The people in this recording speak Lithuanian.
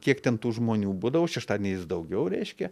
kiek ten tų žmonių būdavo šeštadieniais daugiau reiškia